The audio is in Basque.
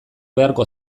beharko